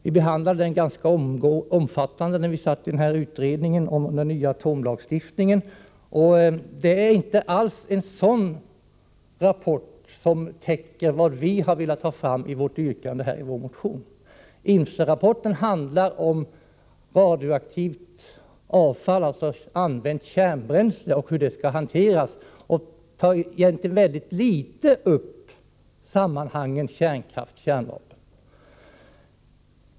Vi behandlade den ganska utförligt i utredningen om den nya atomlagstiftningen. Men den här rapporten täcker inte alls det som vi i detta yrkande i vår motion vill att en utredning skall ta fram. INFCE-rapporten handlar om radioaktivt avfall, dvs. använt kärnbränsle, och hur det skall hanteras, och där tas i mycket liten utsträckning upp sambandet mellan kärnkraft och kärnvapen.